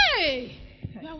Hey